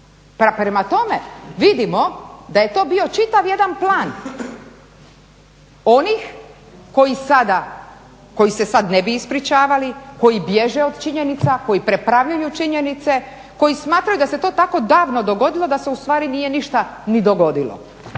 Prema tome, vidimo da je to bio čitav jedan plan onih koji sada, koji se sada ne bi ispričavali, koji bježe od činjenica, koji prepravljaju činjenice, koji smatraju da se to tako davno dogodilo da se ustvari nije ništa ni dogodilo.